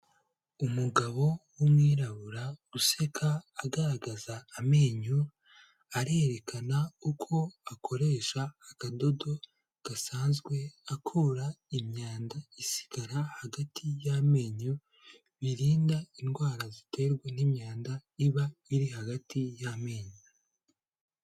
Umugabo w'umwirabura useka agaragaza amenyo, arerekana uko akoresha akadodo gasanzwe akura imyanda isigara hagati y'amenyo, birinda indwara ziterwa n'imyanda iba iri hagati y'amenyo.